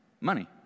money